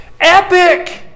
Epic